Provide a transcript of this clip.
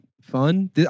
fun